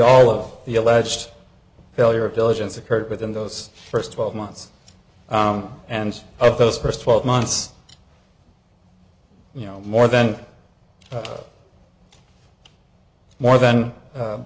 all of the alleged failure of diligence occurred within those first twelve months and of those first twelve months you know more then more than